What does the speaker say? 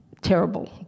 terrible